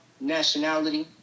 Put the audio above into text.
nationality